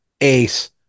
Ace